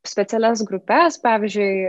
specialias grupes pavyzdžiui